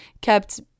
kept